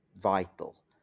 vital